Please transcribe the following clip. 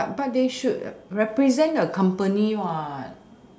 but but they should represent a company what